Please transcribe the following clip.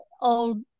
old